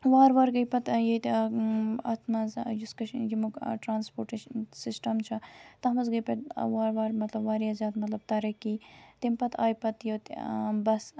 وارٕ وارٕ گٔے پَتہٕ ییٚتہِ اَتھ مَنز یُس کٔشیٖر ییٚمیُک ٹرانَسپوٹ سِسٹَم چھُ تَتھ مَنز گٔے پَتہٕ وارٕ وارٕ مطلب واریاہ زیادٕ مطلب تَرَقی تمہِ پَتہٕ آیہِ پَتہٕ ییٚتہِ بَسہٕ